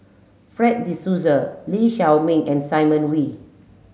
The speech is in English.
Fred De Souza Lee Shao Meng and Simon Wee